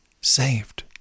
saved